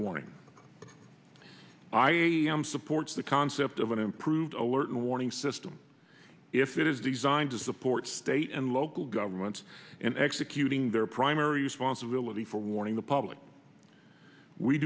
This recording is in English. warning i am supports the concept of an improved alert and warning system if it is designed to support state and local governments and executing their primary responsibility for warning the public we